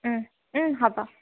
হ'ব